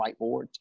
whiteboards